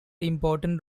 important